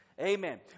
Amen